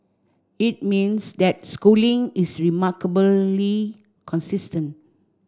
it means that Schooling is remarkably consistent